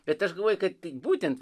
bet aš galvoju kad būtent